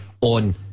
On